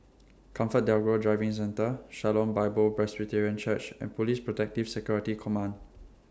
ComfortDelGro Driving Centre Shalom Bible Presbyterian Church and Police Protective Security Command